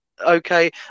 okay